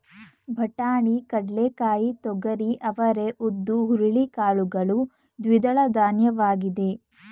ಬಟಾಣಿ, ಕಡ್ಲೆಕಾಯಿ, ತೊಗರಿ, ಅವರೇ, ಉದ್ದು, ಹುರುಳಿ ಕಾಳುಗಳು ದ್ವಿದಳಧಾನ್ಯವಾಗಿದೆ